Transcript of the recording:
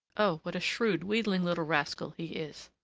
oh! what a shrewd, wheedling little rascal he is!